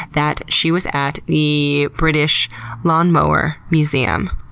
that she was at the british lawnmower museum,